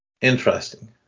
Interesting